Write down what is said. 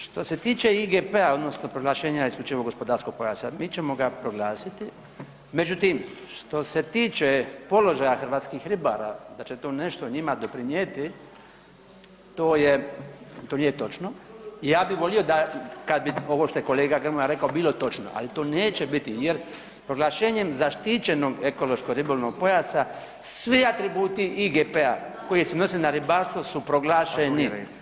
Što se tiče IGP-a odnosno proglašenja isključivog gospodarskog pojasa mi ćemo ga proglasiti, međutim što se tiče položaja hrvatskih ribara da će to nešto njima doprinijeti to je, to nije točno i ja bi volio da kad bi ovo što je kolega Grmoja rekao bilo točno, ali to neće biti, jer proglašenjem zaštićenog ekološko ribolovnog pojasa svi atributi IGP-a koji se odnose na ribarstvo su proglašeni.